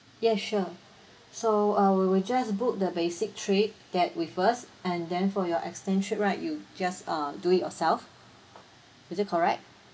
ya sure so uh we will just book the basic trip that with us and then for your extend trip right you just uh do it yourself is it correct